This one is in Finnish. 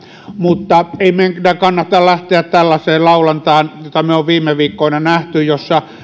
mutta ei meidän kyllä kannata lähteä tällaiseen laulantaan jota me olemme viime viikkoina nähneet jossa